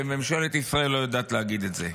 וממשלת ישראל לא יודעת להגיד את זה.